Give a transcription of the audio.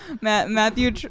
Matthew